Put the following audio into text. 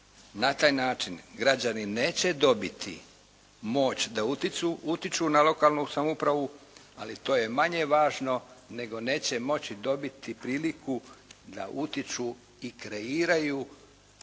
Na taj način građani neće dobiti moć da utječu na lokalnu samoupravu, ali to je manje važno, nego neće moći dobiti priliku da utječu i kreiraju